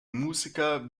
musiker